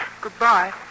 Goodbye